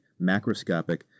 macroscopic